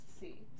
see